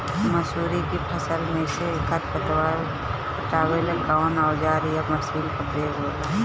मसुरी के फसल मे से खरपतवार हटावेला कवन औजार या मशीन का प्रयोंग होला?